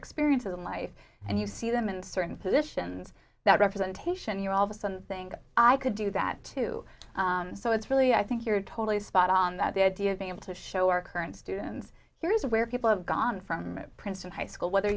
experiences in life and you see them in certain positions that representation in your office and think i could do that too so it's really i think you're totally spot on that the idea of being able to show our current students here's where people have gone from princeton high school whether